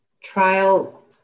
trial